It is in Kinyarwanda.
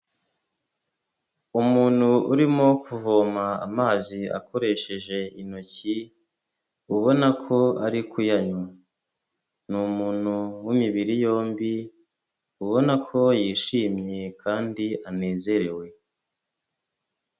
Umuntu urimo kuvoma amazi akoresheje intoki ubona ko ari kuyanywa, ni umuntu w'imibiri yombi ubona ko yishimye kandi anezerewe.